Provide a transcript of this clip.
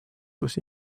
kus